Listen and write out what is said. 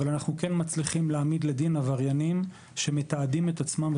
אבל אנחנו כן מצליחים להעמיד לדין עבריינים שמתעדים את עצמם,